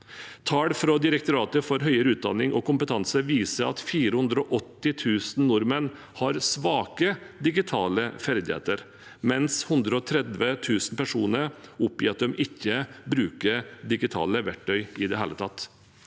Tall fra Direktoratet for høyere utdanning og kompetanse viser at 480 000 nordmenn har svake digitale ferdigheter, mens 130 000 personer oppgir at de ikke bruker digitale verktøy i det hele tatt.